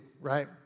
right